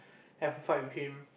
have a fight with him